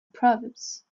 proverbs